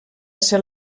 ser